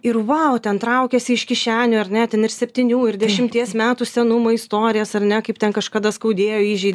ir wow ten traukiasi iš kišenių ar ne ten ir septynių ir dešimties metų senumo istorijas ar ne kaip ten kažkada skaudėjo įžeidė